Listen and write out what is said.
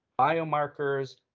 biomarkers